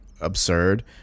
absurd